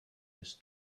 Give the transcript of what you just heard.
his